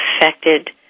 affected